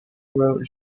wrote